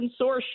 consortium